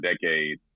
decade